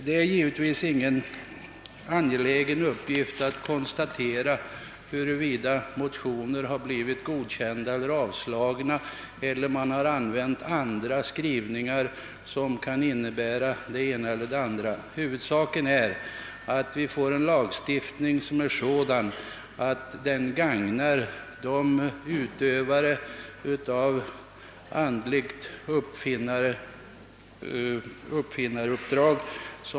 Det är givetvis ingen angelägen uppgift att fastslå, huruvida motioner blivit tillstyrkta eller avstyrkta eller om utskottet använt en skrivning av annan innebörd. Huvudsaken är att lagstiftningen blir sådan att den gagnar utövarna av uppfinnaruppdrag.